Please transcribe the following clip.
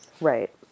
Right